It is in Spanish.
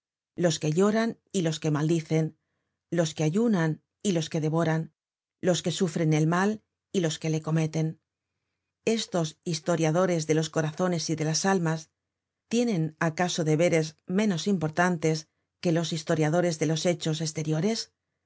los que lloran y los que maldicen los que ayunan y los que devoran los que sufren el mal y los que le cometen estos historiadores de los corazones y de las almas tienen acaso deberes menos importantes que los historiadores de los hechos estertores